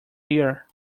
year